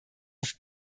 auf